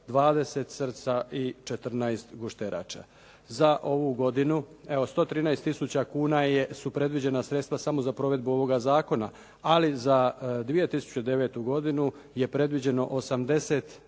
20 srca i 14 gušterače. Za ovu godinu evo 113 tisuća kuna su predviđena sredstva samo za provedbu ovoga zakona ali za 2009. godinu je predviđeno 82